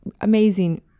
Amazing